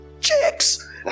chicks